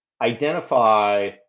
identify